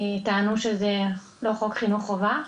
כי טענו שזה לא חוק חינוך חובה.